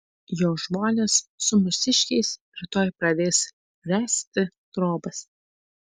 jo žmonės su mūsiškiais rytoj pradės ręsti trobas